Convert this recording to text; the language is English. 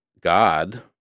God